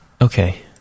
Okay